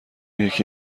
یکی